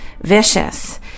vicious